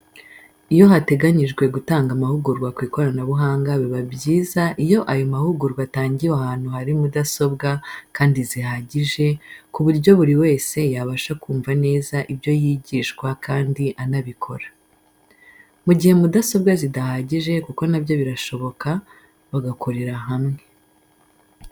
Iyo hateganyijwe gutanga amahugurwa ku ikoranabuhanga biba byiza iyo ayo mahugurwa atangiwe ahantu hari mudasobwa kandi zihagije ku buryo buri wese yabasha kumva neza ibyo yigishwa kandi anabikora. Mu gihe mudasobwa zidahagije kuko na byo birashoboka, bagakorera hamwe.